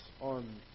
on